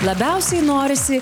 labiausiai norisi